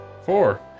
Four